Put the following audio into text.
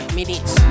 minutes